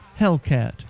Hellcat